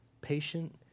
patient